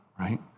right